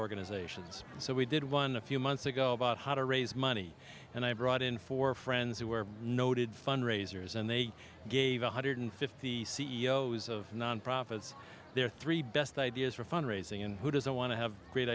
organizations so we did one a few months ago about how to raise money and i brought in four friends who were noted fundraisers and they gave one hundred fifty c e o s of nonprofits their three best ideas for fundraising and who doesn't want to have great